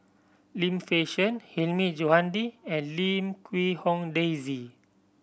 Lim Fei Shen Hilmi Johandi and Lim Quee Hong Daisy